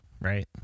right